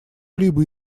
либо